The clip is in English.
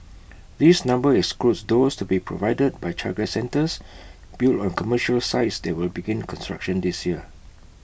this number excludes those to be provided by childcare centres built on commercial sites that will begin construction this year